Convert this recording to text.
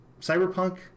Cyberpunk